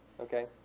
okay